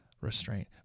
restraint